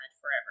forever